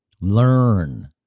learn